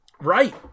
Right